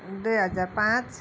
दुई हजार पाँच